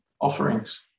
offerings